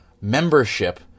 membership